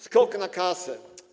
Skok na kasę.